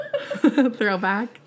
Throwback